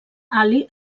ali